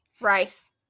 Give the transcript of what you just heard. rice